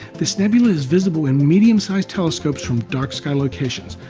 the nebula is visible in medium-sized telescopes from dark sky locations.